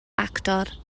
actor